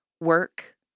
work